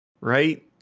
right